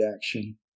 action